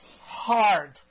Hard